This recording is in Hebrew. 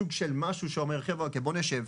סוג של משהו שאומר חבר'ה בואו נשב.